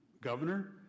governor